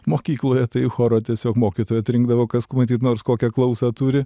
mokykloje tai choro tiesiog mokytoja atrinkdavo kas ku matyt nors kokią klausą turi